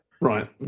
Right